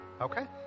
Okay